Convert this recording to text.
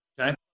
Okay